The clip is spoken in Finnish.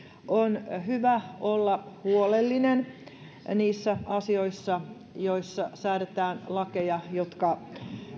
on hyvä olla huolellinen niissä asioissa joissa säädetään lakeja jotka